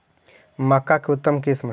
मक्का के उतम किस्म?